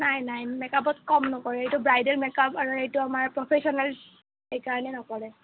নাই নাই মেকাপত কম নকৰে এইটো ব্ৰাইডেল মেকাপ আৰু এইটো আমাৰ প্ৰফেশ্বনেল সেইকাৰণে নকৰে